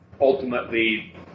ultimately